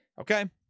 Okay